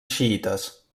xiïtes